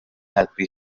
helpu